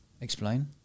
Explain